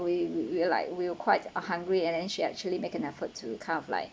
we we'll like we were quite hungry and then she actually make an effort to kind of like